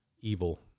evil